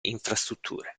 infrastrutture